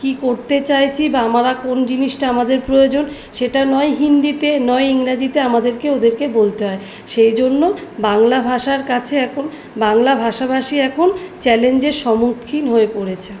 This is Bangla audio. কি করতে চাইছি বা আমারা কোন জিনিসটা আমাদের প্রয়োজন সেটা নয় হিন্দিতে নয় ইংরাজিতে আমাদেরকে ওদেরকে বলতে হয় সেই জন্য বাংলা ভাষার কাছে এখন বাংলা ভাষা ভাষী এখন চ্যালেঞ্জের সম্মুখীন হয়ে পড়েছে